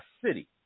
City